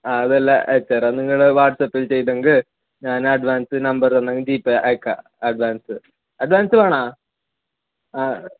ആ അതെല്ലാം അയച്ചുതരാം നിങ്ങൾ വാട്സപ്പിൽ ചെയ്തെങ്കിൽ ഞാൻ അഡ്വാൻസ് നമ്പർ തന്നാൽ ജി പേ അയയ്ക്കാം അഡ്വാൻസ് അഡ്വാൻസ് വേണോ ആ